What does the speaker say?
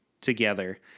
together